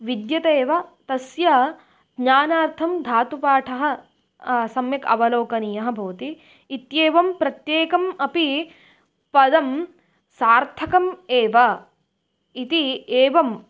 विद्यते एव तस्य ज्ञानार्थं धातुपाठः सम्यक् अवलोकनीयः भवति इत्येवं प्रत्येकम् अपि पदं सार्थकम् एव इति एवम्